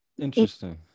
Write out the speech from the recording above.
interesting